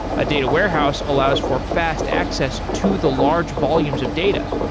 a data warehouse allows for fast access to the large volumes of data,